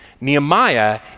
Nehemiah